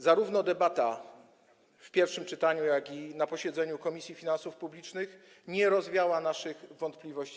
Zarówno debata w pierwszym czytaniu, jak i na posiedzeniu Komisji Finansów Publicznych nie rozwiała naszych wątpliwości.